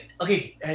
Okay